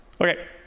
Okay